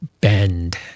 Bend